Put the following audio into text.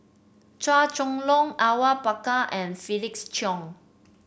Chua Chong Long Awang Bakar and Felix Cheong